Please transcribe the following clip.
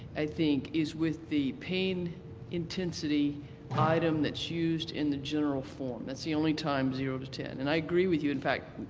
i think, is with the pain intensity item that's used in the general form. that's the only time zero to ten. and i agree with you, in fact,